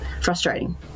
frustrating